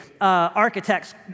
architects